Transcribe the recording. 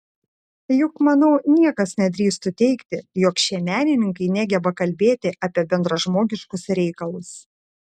juk manau niekas nedrįstų teigti jog šie menininkai negeba kalbėti apie bendražmogiškus reikalus